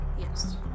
Yes